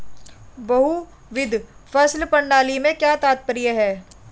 बहुविध फसल प्रणाली से क्या तात्पर्य है?